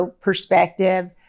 perspective